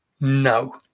No